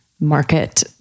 market